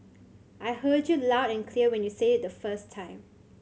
I heard you loud and clear when you said it the first time